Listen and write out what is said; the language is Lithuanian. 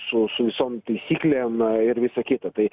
su su visom taisyklėm ir visa kita tai